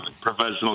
professional